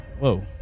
whoa